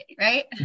right